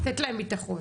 לתת להם ביטחון.